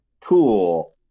Cool